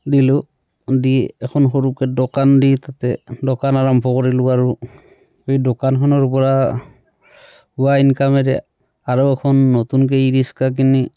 দিলোঁ দি এখন সৰুকৈ দোকান দি তাতে দোকান আৰম্ভ কৰিলোঁ আৰু এই দোকানখনৰ পৰা হোৱা ইনকামেৰে আৰু এখন নতুনকৈ ই ৰিক্সা কিনি